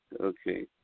okay